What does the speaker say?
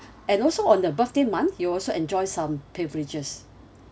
and also on the birthday month you also enjoy some privileges